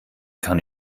kann